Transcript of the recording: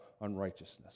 unrighteousness